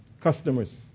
customers